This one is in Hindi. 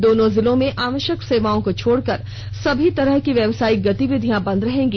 दोनों जिलों में आवश्यक सेवाओं को छोड़कर सभी तरह की व्यावसायिक गतिविधियां बंद रहेंगी